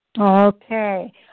Okay